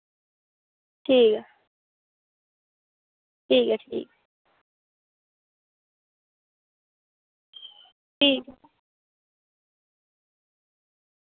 ठीक ऐ ठीक ऐ ठीक ऐ ठीक ऐ